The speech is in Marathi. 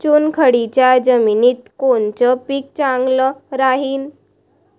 चुनखडीच्या जमिनीत कोनचं पीक चांगलं राहीन?